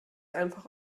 einfach